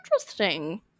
Interesting